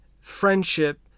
friendship